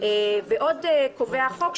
ועוד קובע החוק,